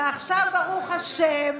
ועכשיו, ברוך השם,